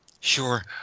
Sure